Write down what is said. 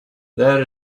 there